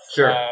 Sure